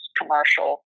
commercial